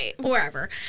wherever